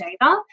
data